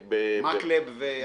מקלב.